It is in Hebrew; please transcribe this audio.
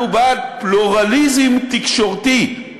אנחנו בעד פלורליזם תקשורתי.